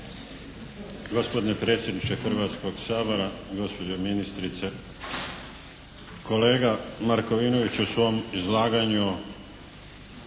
Gospodine predsjedniče Hrvatskog sabora, gospođo ministrice. Kolega Markovinović u svom izlaganju